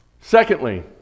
Secondly